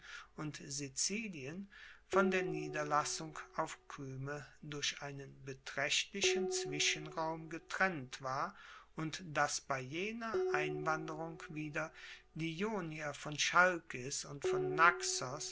und sizilien von der niederlassung auf kyme durch einen betraechtlichen zwischenraum getrennt war und dass bei jener einwanderung wieder die ionier von chalkis und von naxos